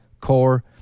core